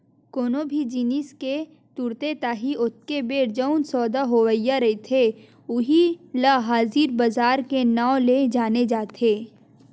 कोनो भी जिनिस के तुरते ताही ओतके बेर जउन सौदा होवइया रहिथे उही ल हाजिर बजार के नांव ले जाने जाथे